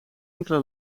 enkele